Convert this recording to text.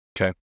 Okay